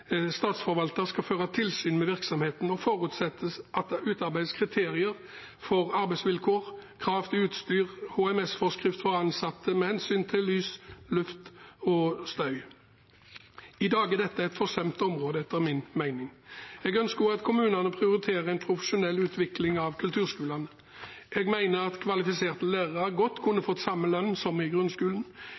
skal føre tilsyn med virksomheten, og at det forutsettes at det utarbeides kriterier for arbeidsvilkår og krav til utstyr og HMS-forskrift for ansatte med hensyn til lys, luft og støy. I dag er dette et forsømt område, etter min mening. Jeg ønsker også at kommunene prioriterer en profesjonell utvikling av kulturskolene. Jeg mener at kvalifiserte lærere godt kunne fått samme lønn som i grunnskolen.